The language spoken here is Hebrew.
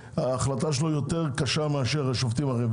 ההחלטה של אלרון הייתה יותר קשה מאשר של השופטים האחרים.